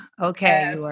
okay